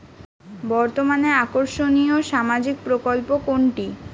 বর্তমানে আকর্ষনিয় সামাজিক প্রকল্প কোনটি?